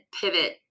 pivot